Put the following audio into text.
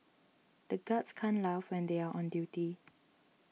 the guards can't laugh when they are on duty